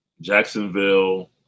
Jacksonville